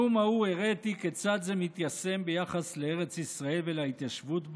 בנאום ההוא הראיתי כיצד זה מתיישם ביחס לארץ ישראל ולהתיישבות בה,